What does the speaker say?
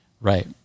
right